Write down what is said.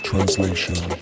Translation